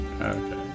okay